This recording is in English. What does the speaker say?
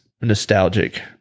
nostalgic